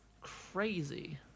crazy